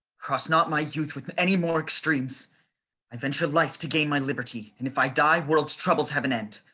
cross not my youth with any more extremes i venture life to gain my liberty, and if i die, world's troubles have an end.